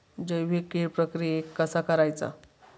जैविक कीड प्रक्रियेक कसा करायचा?